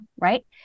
right